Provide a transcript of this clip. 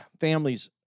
families